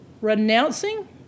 Renouncing